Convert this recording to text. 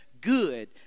Good